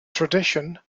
tradition